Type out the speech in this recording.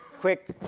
quick